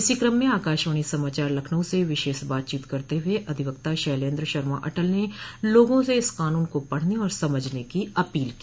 इसी कम में आकाशवाणी समाचार लखनऊ से विशेष बातचीत करते हुए अधिवक्ता शैलेन्द्र शर्मा अटल ने लोगों से इस कानून को पढ़ने और समझने की अपील की